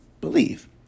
believe